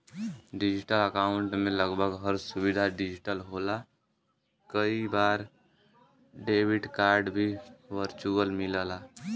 digital account में लगभग हर सुविधा डिजिटल होला कई बार डेबिट कार्ड भी वर्चुअल मिलला